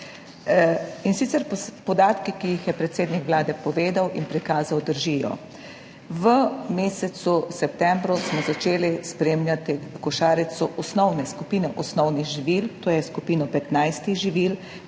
In sicer podatki, ki jih je predsednik Vlade povedal in prikazal, držijo. V mesecu septembru smo začeli spremljati košarico osnovne skupine osnovnih živil, to je skupino 15 živil,